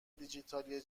دیجیتالی